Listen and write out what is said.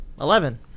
Eleven